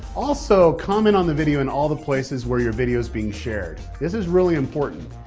also, comment on the video in all the places where your video is being shared. this is really important.